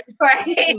Right